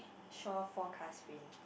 shore forecast rain